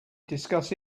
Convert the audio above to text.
discuss